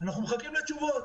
אנחנו מחכים לתשובות.